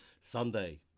Sunday